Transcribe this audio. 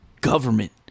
government